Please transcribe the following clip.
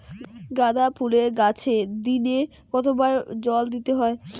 গাদা ফুলের গাছে দিনে কতবার জল দিতে হবে?